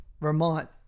Vermont